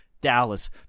Dallas